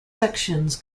sections